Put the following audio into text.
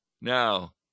Now